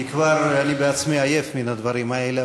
כי כבר אני בעצמי עייף מהדברים האלה,